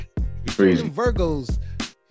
Virgos